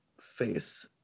face